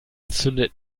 zündet